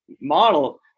model